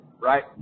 right